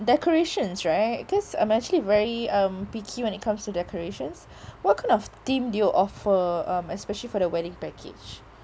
decorations right cause I'm actually very um picky when it comes to decorations what kind of theme do you offer um especially for the wedding package